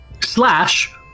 Slash